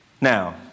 Now